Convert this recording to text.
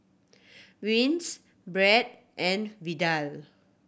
Vince Brett and Vidal